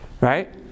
Right